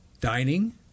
dining